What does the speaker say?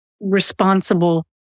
responsible